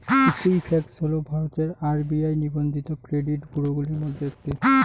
Equifax হল ভারতের RBI নিবন্ধিত ক্রেডিট ব্যুরোগুলির মধ্যে একটি